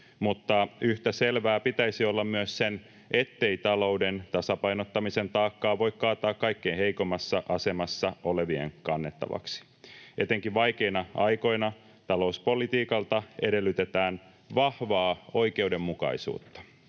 Mutta yhtä selvää pitäisi olla myös sen, ettei talouden tasapainottamisen taakkaa voi kaataa kaikkein heikoimmassa asemassa olevien kannettavaksi. Etenkin vaikeina aikoina talouspolitiikalta edellytetään vahvaa oikeudenmukaisuutta.